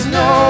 no